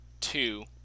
two